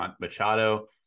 Machado